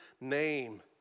name